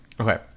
Okay